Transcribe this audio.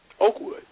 Oakwood